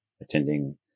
attending